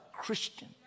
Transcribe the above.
Christian